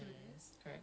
ya